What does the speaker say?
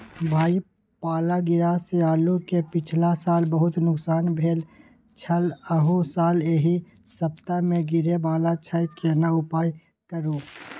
भाई पाला गिरा से आलू के पिछला साल बहुत नुकसान भेल छल अहू साल एहि सप्ताह में गिरे वाला छैय केना उपाय करू?